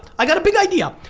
i've got a big idea.